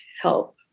help